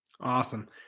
Awesome